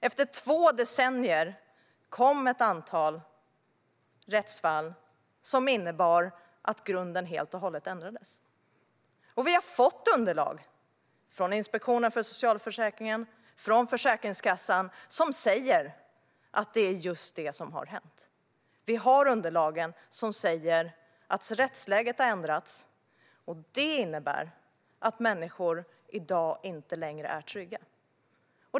Efter två decennier har ett antal rättsfall kommit som har inneburit att grunden helt och hållit har ändrats. Vi har fått underlag från Inspektionen för socialförsäkringen och från Försäkringskassan som säger att det är just detta som har hänt. Vi har alltså underlag som säger att rättsläget har ändrats, och det innebär att människor inte längre är trygga i dag.